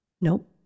Nope